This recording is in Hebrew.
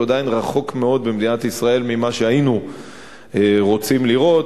עדיין רחוק מאוד ממה שהיינו רוצים לראות,